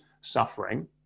suffering